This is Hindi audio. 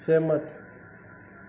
सहमत